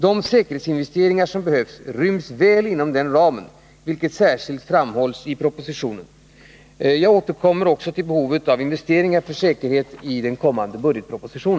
De säkerhetsinvesteringar som behövs ryms väl inom denna ram, vilket särskilt framhölls i propositionen. Jag återkommer till behovet av säkerhetsinvesteringar i kommande budgetproposition.